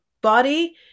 body